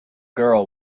girl